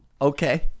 okay